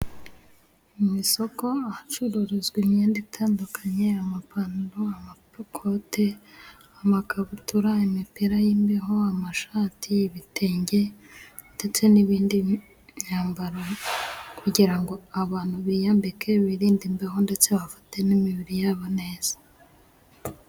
Mu isoko ahacururizwa imyenda itandukanye amapantaro, amakote, amakabutura, imipira y'imbeho, amashati, ibitenge ndetse n'ibindi myambaro kugira ngo abantu biyambike birinde imbeho ndetse bafate n'imibiri yabo neza.